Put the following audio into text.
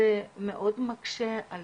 זה מאוד מקשה על